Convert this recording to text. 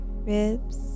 ribs